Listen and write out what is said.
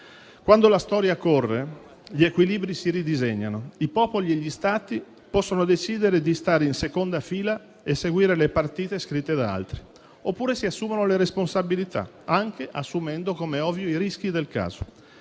quando la storia corre, gli equilibri si ridisegnano, i popoli e gli Stati possono decidere di stare in seconda fila e seguire le partite scritte da altri, oppure si assumono le responsabilità anche accettando, come è ovvio, i rischi del caso.